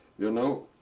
you know?